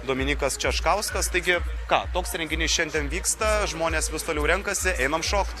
dominykas čečkauskas taigi ką toks renginys šiandien vyksta žmonės vis toliau renkasi einam šokt